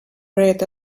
red